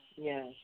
Yes